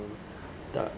the